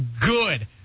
Good